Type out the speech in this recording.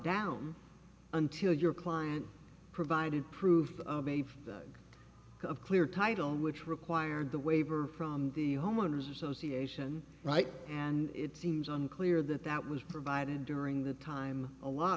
down until your client provided proof of clear title which required the waiver from the homeowners association right and it seems unclear that that was provided during the time allot